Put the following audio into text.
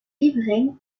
riveraines